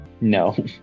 no